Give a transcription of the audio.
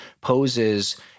poses